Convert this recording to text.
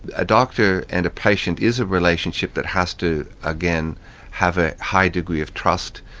a doctor and a patient is a relationship that has to again have a high degree of trust,